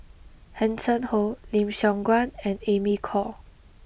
Hanson Ho Lim Siong Guan and Amy Khor